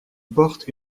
porte